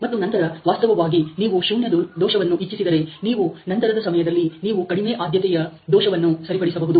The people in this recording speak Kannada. ಮತ್ತು ನಂತರ ವಾಸ್ತವವಾಗಿ ನೀವು ಶೂನ್ಯ ದೋಷವನ್ನು ಇಚ್ಛಿಸಿದರೆ ನೀವು ನಂತರದ ಸಮಯದಲ್ಲಿ ನೀವು ಕಡಿಮೆ ಆದ್ಯತೆಯ ದೋಷವನ್ನು ಸರಿಪಡಿಸಬಹುದು